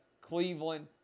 Cleveland